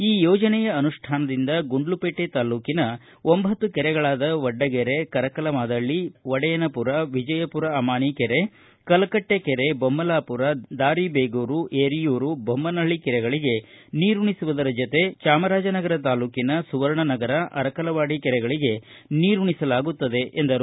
ಈ ಯೋಜನೆಯ ಅನುಷ್ಠಾನದಿಂದ ಗುಂಡ್ಲುಪೇಟೆ ತಾಲ್ಲೂಕಿನ ಒಂಭತ್ತು ಕೆರೆಗಳಾದ ವಡ್ಡಗೆರೆ ಕರಕಲ ಮಾದಳ್ಳಿ ವಡೆಯನಪುರ ವಿಜಯಪುರ ಅಮಾನಿ ಕೆರೆ ಕಲ್ಕಟ್ಸೆ ಕೆರೆ ಬೊಮ್ಲಾಪುರ ದಾರಿದೇಗೂರು ಯರಿಯೂರು ಬೊಮ್ಲನಹಳ್ಳಿ ಕೆರೆಗಳಿಗೆ ನೀರುಣಿಸುವುದರ ಜೊತೆಗೆ ಚಾಮರಾಜನಗರ ತಾಲ್ಲೂಕಿನ ಸುವರ್ಣನಗರ ಅರಕಲವಾಡಿ ಕೆರೆಗಳಗೆ ನೀರುಣಿಸಲಾಗುತ್ತದೆ ಎಂದರು